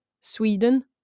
Sweden